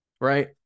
right